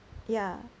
ya